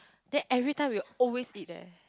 then everytime we will always eat there